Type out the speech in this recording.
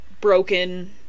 broken